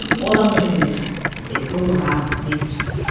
all i'm going to do is talk about d'angelo.